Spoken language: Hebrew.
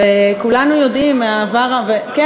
וכולנו יודעים מהעבר, גם סבים וסבתות.